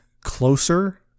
closer